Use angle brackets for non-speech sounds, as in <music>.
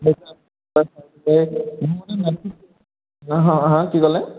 <unintelligible> হাঁ কি ক'লে